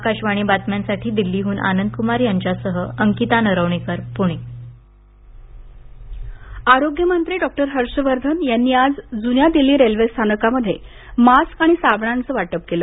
आकाशवाणी बातम्यांसाठी दिल्लीहून आनंद कुमार यांच्यासह अकिंता नरवणेकर पुणे हर्षवर्धन मास्क आरोग्यमंत्री डॉक्टर हर्षवर्धन यांनी आज जुन्या दिल्ली रेल्वेस्थानकामध्ये मास्क आणि साबणांचं वाटप केलं